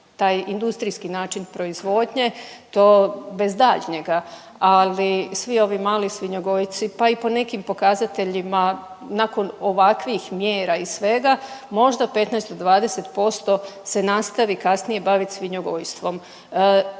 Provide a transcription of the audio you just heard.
Taj industrijski način proizvodnje to bez daljnjega, ali svi ovi mali svinjogojci pa i po nekim pokazateljima nakon ovakvih mjera i svega možda 15 do 20% se nastavi kasnije bavit svinjogojstvom.